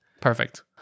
Perfect